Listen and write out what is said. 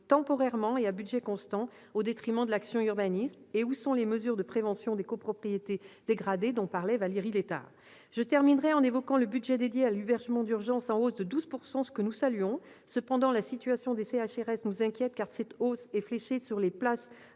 temporairement et à budget constant au détriment de l'action Urbanisme ? Et où sont les mesures de prévention des copropriétés dégradées dont parlait Valérie Létard ? Je terminerai en évoquant le budget dédié à l'hébergement d'urgence, en hausse de 12 %, ce que nous saluons. Cependant, la situation des CHRS nous inquiète, car cette hausse est fléchée sur les places